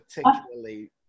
particularly